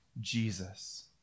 Jesus